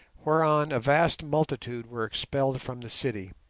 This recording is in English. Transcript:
whereon a vast multitude were expelled from the city.